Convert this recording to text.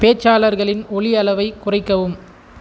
பேச்சாளர்களின் ஒலியளவை குறைக்கவும்